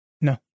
No